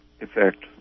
effect